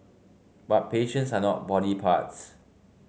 but patients are not body parts